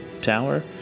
tower